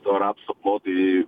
to rapso plotai